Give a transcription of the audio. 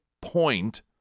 point